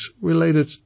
related